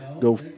go